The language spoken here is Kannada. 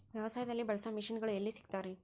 ವ್ಯವಸಾಯದಲ್ಲಿ ಬಳಸೋ ಮಿಷನ್ ಗಳು ಎಲ್ಲಿ ಸಿಗ್ತಾವ್ ರೇ?